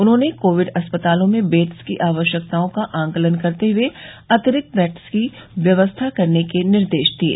उन्होंने कोविड अस्पतालों में बैड्स की आवश्यकता का आकलन करते हुए अतिरिक्त बैड्स की व्यवस्था करने के भी निर्देश दिये